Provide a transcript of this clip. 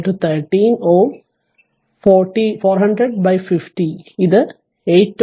400 50 ഇത് 8 Ω 5 30 ohm ആയിരിക്കും